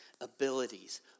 abilities